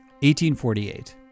1848